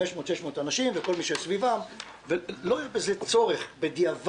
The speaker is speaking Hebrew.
500 600 אנשים וכל מי שסביבם ולא היה בזה צורך בדיעבד.